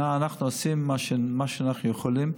אנחנו עושים מה שאנחנו יכולים.